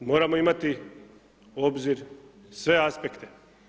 Moramo imati u obzir sve aspekte.